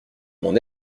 mon